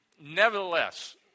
nevertheless